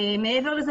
מעבר לכך,